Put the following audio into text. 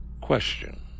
question